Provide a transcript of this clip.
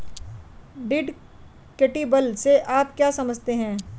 Deductible से आप क्या समझते हैं?